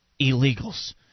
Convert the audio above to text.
illegals